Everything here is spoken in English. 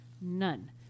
None